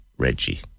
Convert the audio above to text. Reggie